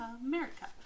America